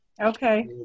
Okay